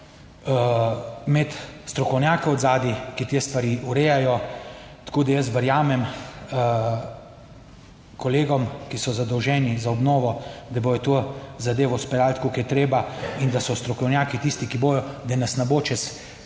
imeti strokovnjake od zadaj, ki te stvari urejajo. Jaz verjamem kolegom, ki so zadolženi za obnovo, da bodo to zadevo speljali tako, kot je treba in da so strokovnjaki tisti, ki bodo, da nas ne bo čez par let